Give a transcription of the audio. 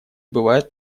бывает